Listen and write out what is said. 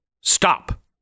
stop